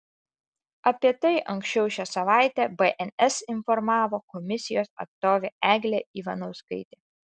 apie tai anksčiau šią savaitę bns informavo komisijos atstovė eglė ivanauskaitė